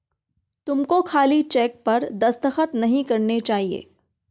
तुमको खाली चेक पर दस्तखत नहीं करने चाहिए